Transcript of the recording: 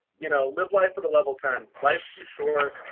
you know, live life with a level ten life's too short.